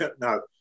No